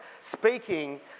speaking